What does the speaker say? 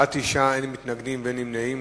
בעד, 9, אין מתנגדים, אין נמנעים.